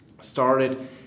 started